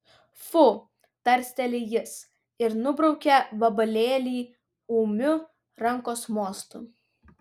fu tarsteli jis ir nubraukia vabalėlį ūmiu rankos mostu